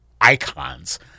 icons